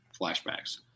flashbacks